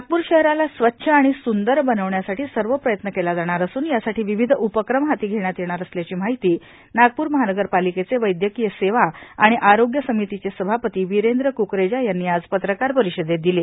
नागपूर शहराला स्वच्छ आणि सुंदर बनविण्यासाठी सर्व प्रयत्न केला जाणार असून यासाठी विविध उपक्रम हाती घेण्यात येणार असल्याची माहिती नागपूर महानगरपालिकेचे वैद्यकीय सेवा आणि आरोग्य समितीचे सभापती विरेंद्र क्करेजा यांनी आज पत्रकार परिषदेत दिली